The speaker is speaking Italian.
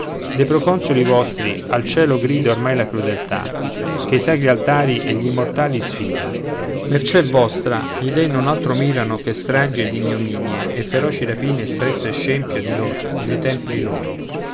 e avidità dei proconsoli vostri al cielo grida ormai la crudeltà che i sacri altari e gl'immortali sfida mercé vostra gli dèi non altro mirano che stragi ed ignominie e feroci rapine e sprezzo e scempio di lor dei templi loro